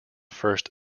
first